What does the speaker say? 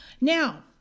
Now